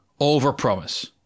overpromise